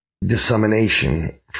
dissemination